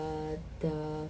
the